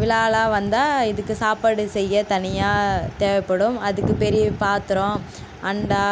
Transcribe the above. விழாலாம் வந்தால் இதுக்கு சாப்பாடு செய்ய தனியாக தேவைப்படும் அதுக்கு பெரிய பாத்திரம் அண்டா